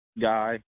guy